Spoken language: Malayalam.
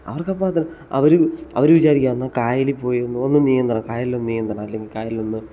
അവർക്കപ്പം അത് അവർ അവർ വിചാരിക്കുകയാണ് എന്നാൽ കായലിൽ പോയി പോയി ഒന്ന് നീന്തണം കായലിലൊന്ന് നീന്തണം അല്ലെങ്കിൽ കായലിൽ ഒന്ന്